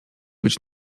być